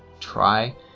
try